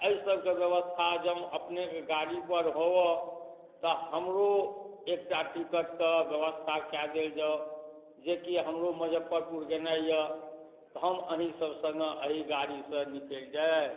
तऽ एहि सबके व्यवस्था जब अपनेकेँ गाड़ी पर होबऽ तऽ हमरो एकटा टिकट कऽ व्यवस्था कै देल जाउ जेकि हमरो मुजफ्फरपुर गेनाइ यऽ तऽ हम अहिँ सब सङ्गे एहि गाड़ीसँ निकलि जाय